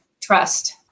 trust